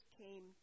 came